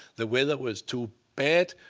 the weather was too bad.